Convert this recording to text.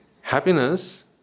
happiness